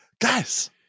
Guys